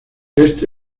este